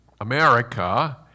America